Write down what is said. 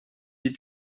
die